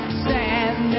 stand